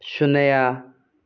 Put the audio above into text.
ꯁꯨꯅ꯭ꯌ